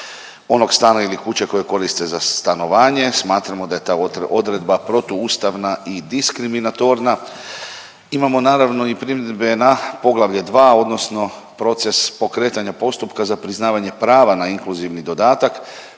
onog stana ili kuće koje koriste za stanovanje. Smatramo da je ta odredba protu ustavna i diskriminatorna. Imamo naravno i primjedbe na poglavlje dva, odnosno proces pokretanja postupka za priznavanje prava na inkluzivni dodatak.